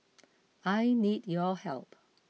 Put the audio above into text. I need your help